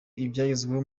ibyagezweho